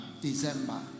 December